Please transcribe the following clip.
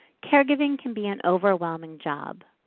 caregiving can be an overwhelming job.